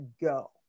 go